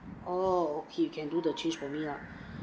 oh okay you can do the change for me lah